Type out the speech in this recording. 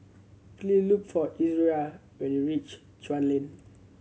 please look for Izora when you reach Chuan Lane